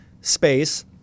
space